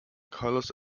colours